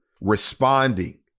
responding